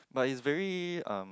but it's very um